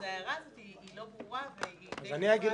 אז ההערה הזו לא ברורה והיא די חסרת --- אז אני אגיד